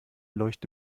leuchte